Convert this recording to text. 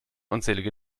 unzählige